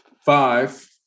five